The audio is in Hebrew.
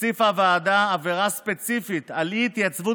הוסיפה הוועדה עבירה ספציפית של אי-התייצבות